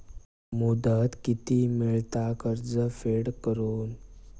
मुदत किती मेळता कर्ज फेड करून?